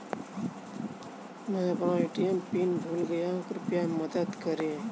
मैं अपना ATM PIN भूल गया हूँ, कृपया मदद करें